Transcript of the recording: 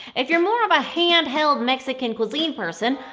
if you're more of a hand-held mexican cuisine person,